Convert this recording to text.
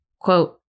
Quote